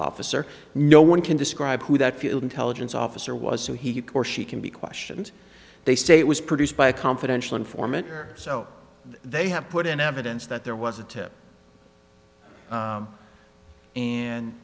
officer no one can describe who that fuel intelligence officer was so he or she can be questions they say it was produced by a confidential informant or so they have put in evidence that there was